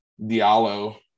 Diallo